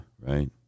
right